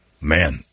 Man